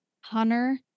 hunter